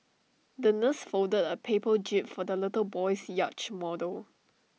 the nurse folded A paper jib for the little boy's yacht model